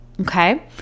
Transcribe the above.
Okay